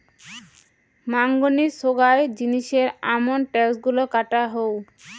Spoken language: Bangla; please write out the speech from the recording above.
মাঙনি সোগায় জিনিসের আমন ট্যাক্স গুলা কাটা হউ